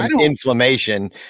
Inflammation